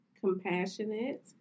compassionate